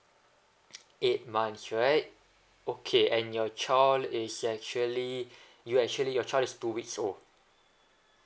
eight months right okay and your child is actually you actually your child is two weeks old